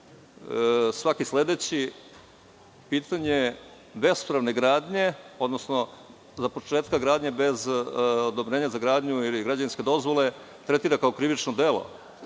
svaki sledeći, pitanje bespravne gradnje, odnosno započetka gradnje bez odobrenja za gradnju ili građevinske dozvole, tretira kao krivično delo,